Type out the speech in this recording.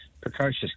Precocious